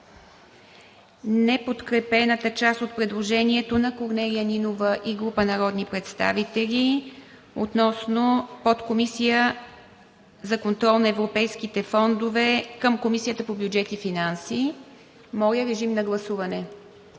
неподкрепената част от предложението на Корнелия Нинова и група народни представители относно Подкомисия за контрол на европейските фондове към Комисията по бюджет и финанси. Тя в момента е